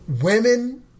women